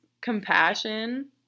compassion